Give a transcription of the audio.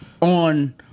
on